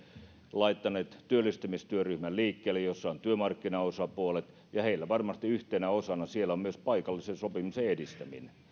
laittaneet liikkeelle työllistymistyöryhmän jossa ovat työmarkkinaosapuolet ja heillä varmasti yhtenä osana siellä on myös paikallisen sopimisen edistäminen